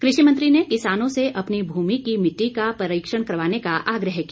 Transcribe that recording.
कृषि मंत्री ने किसानों से अपनी भूमि की मिट्टी का परीक्षण करवाने का आग्रह किया